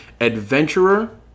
adventurer